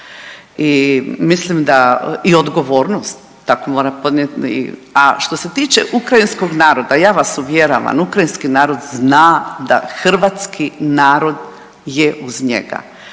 i mislim da i odgovornost tako mora podnijeti. A što se tiče ukrajinskog naroda, ja vas uvjeravam ukrajinski narod zna da hrvatski narod je uz njega